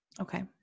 Okay